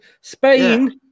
Spain